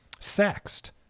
sext